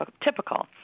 typical